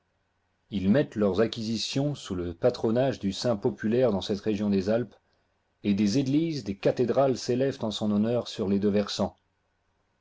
ils mettent leurs acquisitions sous le patronage du saint populaire dans cette région des alpes et des églises des cathédrales s'élèvent en son honneur sur les deux versants